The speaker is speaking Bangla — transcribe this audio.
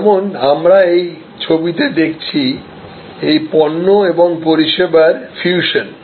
যেমন আমরা এই ছবিতে দেখেছি এই পণ্য এবং পরিষেবার ফিউশন